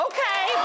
Okay